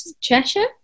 Cheshire